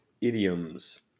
Idioms